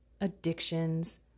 addictions